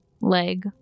leg